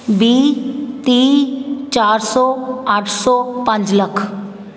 ਵੀਹ ਤੀਹ ਚਾਰ ਸੌ ਅੱਠ ਸੌ ਪੰਜ ਲੱਖ